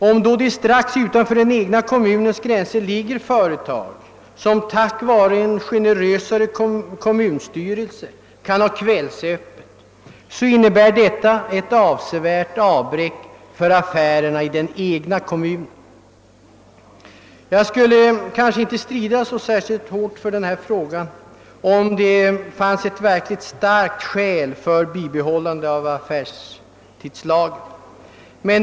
Om då strax utanför den egna kommunens gränser finns företag, som tack vare en generösare kommunstyrelse kan ha kvällsöppet, innebär detta ett avsevärt avbräck för affärerna i den egna kommunen. Jag skulle inte engagera mig i denna fråga, om det fanns ett verkligt starkt skäl för bibehållande av affärstidslagen.